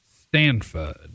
Stanford